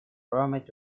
roamed